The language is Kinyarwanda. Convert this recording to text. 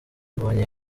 mbonyi